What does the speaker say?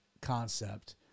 concept